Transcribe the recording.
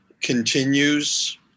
continues